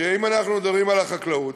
שאם אנחנו מדברים על החקלאות,